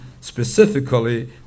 specifically